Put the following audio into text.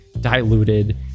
diluted